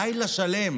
לילה שלם